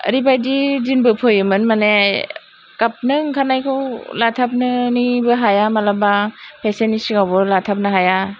ओरैबादि दिनबो फैयोमोन मानि गाबनो ओंखारनायखौ लाथाबनोनानैबो हाया मालाबा पेसेन्टनि सिगाङावबो लाथाबनो हाया